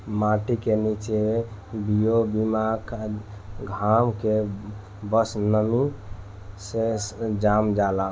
माटी के निचे बिया बिना घाम के बस नमी से जाम जाला